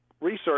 research